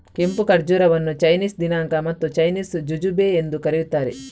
ಕೆಂಪು ಖರ್ಜೂರವನ್ನು ಚೈನೀಸ್ ದಿನಾಂಕ ಮತ್ತು ಚೈನೀಸ್ ಜುಜುಬೆ ಎಂದೂ ಕರೆಯುತ್ತಾರೆ